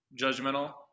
judgmental